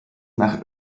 nach